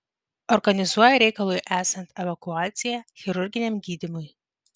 organizuoja reikalui esant evakuaciją chirurginiam gydymui